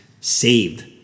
saved